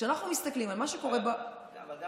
אבל גם